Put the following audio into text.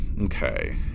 okay